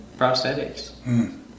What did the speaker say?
prosthetics